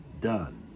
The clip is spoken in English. done